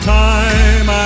time